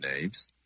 names